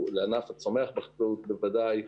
לענף הצומח בחקלאות בוודאי,